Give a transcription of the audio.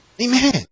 Amen